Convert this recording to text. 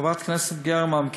חברת הכנסת גרמן,